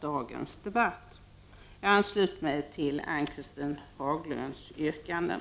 Jag ansluter mig till Ann-Cathrine Haglunds yrkanden.